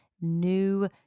new